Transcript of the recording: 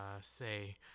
say